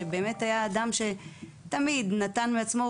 שבאמת היה אדם שתמיד נתן מעצמו,